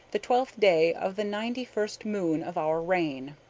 the twelfth day of the ninety-first moon of our reign.